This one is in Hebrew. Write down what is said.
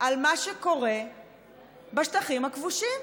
על מה שקורה בשטחים הכבושים?